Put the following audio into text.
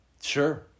Sure